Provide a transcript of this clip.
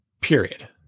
Period